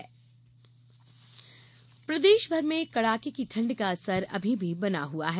मौसम प्रदेशभर में कडाके की ठंड का असर अभी भी बना हुआ है